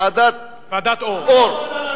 ועדת-אור,